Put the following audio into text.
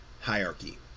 hierarchy